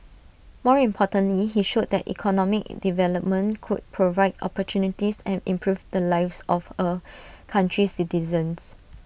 more importantly he showed that economic development could provide opportunities and improve the lives of A country's citizens